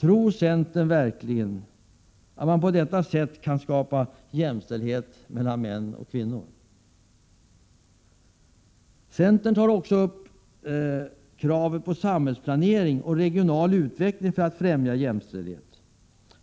Tror centern verkligen att man på detta sätt kan skapa jämställdhet mellan kvinnor och män? Centern tar också upp kravet på samhällsplanering och regional utveckling för att främja jämställdhet.